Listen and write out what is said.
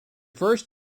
first